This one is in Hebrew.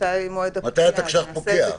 מתי התקש"ח פוקע?